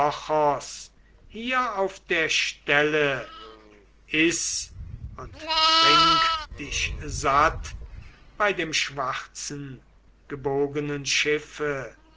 hier auf der stelle iß und trink dich satt bei dem schwarzen gebogenen schiffe